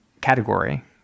category